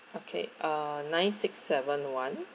okay uh nine six seven one